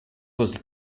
was